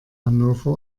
hannover